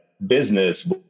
business